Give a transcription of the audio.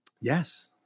Yes